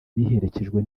biherekejwe